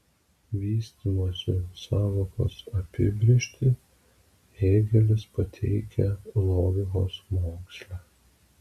vystymosi sąvokos apibrėžtį hėgelis pateikia logikos moksle